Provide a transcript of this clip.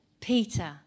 Peter